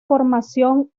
formación